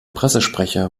pressesprecher